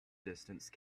distance